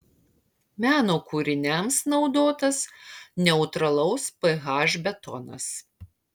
meno kūriniams naudotas neutralaus ph betonas